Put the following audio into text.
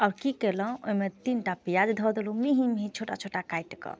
अब की कयलहुँ ओहिमे तीन टा पियाज धऽ देलहुँ मेहींँ मेहींँ छोटा छोटा काटि कऽ